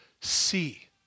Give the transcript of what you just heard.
see